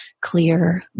clear